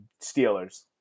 Steelers